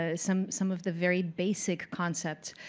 ah some some of the very basic concepts.